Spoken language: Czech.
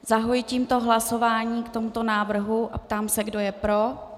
Zahajuji tímto hlasování k tomuto návrhu a ptám se, kdo je pro.